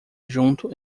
junto